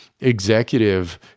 executive